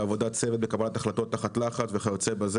בעבודת צוות ובקבלת החלטות תחת לחץ וכיוצא בזה,